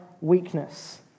weakness